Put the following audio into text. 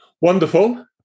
Wonderful